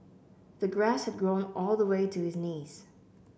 the grass had grown all the way to his knees